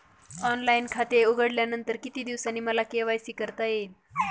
Online खाते उघडल्यानंतर किती दिवसांनी मला के.वाय.सी करता येईल?